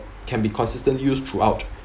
can be consistently used throughout